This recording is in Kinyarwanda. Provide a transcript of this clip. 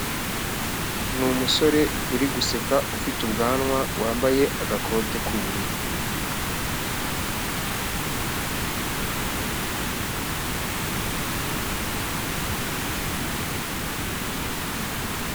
N’umusore uri guseka ufite ubwanwa wambaye agakote k'ubururu.